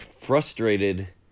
frustrated